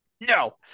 No